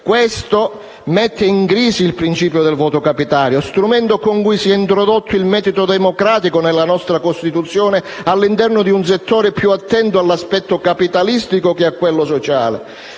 Questo mette in crisi il principio del voto capitario, che è lo strumento con cui si è introdotto il metodo democratico all'interno di un settore più attento all'aspetto capitalistico che a quello sociale.